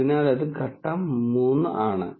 അതിനാൽ അത് ഘട്ടം 3 ആണ്